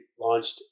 launched